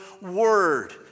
word